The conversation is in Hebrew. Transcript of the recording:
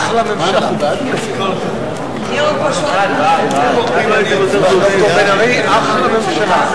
ההסתייגות של קבוצת סיעת קדימה וקבוצת סיעת חד"ש לסעיף 23 לא נתקבלה.